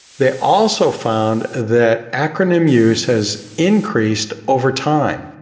they also found that acronym use has increased over time.